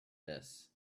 this